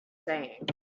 saying